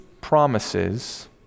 promises